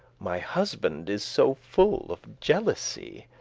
my husband is so full of jealousy,